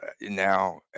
now